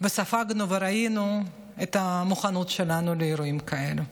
ספגנו וראינו את המוכנות שלנו לאירועים כאלה.